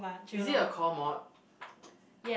is it a core mod